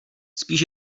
spíš